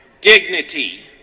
dignity